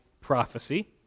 prophecy